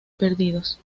perdidos